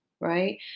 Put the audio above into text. Right